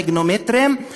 המגנומטרים,